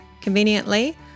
conveniently